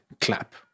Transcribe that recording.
clap